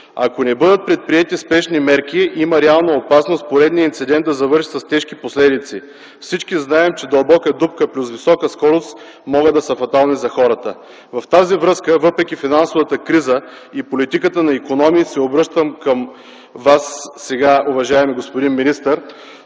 Ако не бъдат предприети спешни мерки, има реална опасност поредният инцидент да завърши с тежки последици. Всички знаем, че дълбока дупка плюс висока скорост могат да са фатални за хората. В тази връзка, въпреки финансовата криза и политиката на икономии се обръщам към Вас, уважаеми господин министър,